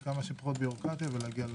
שתהיה כמה שפחות בירוקרטיה ולהגיע לפתרונות.